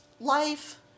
life